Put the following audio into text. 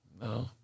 No